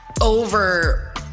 over